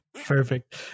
Perfect